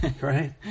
right